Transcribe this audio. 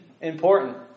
important